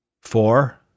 four